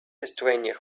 stranger